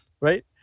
right